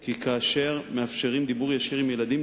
כי כאשר מאפשרים דיבור ישיר עם ילדים,